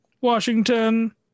Washington